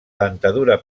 dentadura